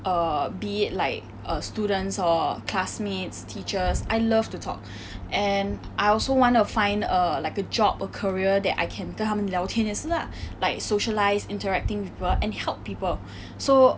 err be it like err students or classmates teachers I love to talk and I also want to find a like a job a career that I can 跟他们聊天也是 lah like socialise interacting with people and help people so